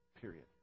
Period